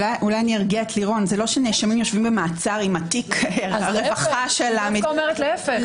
זה לא שנאשמים יושבים במעצר עם התיק אני מרגיעה אותך.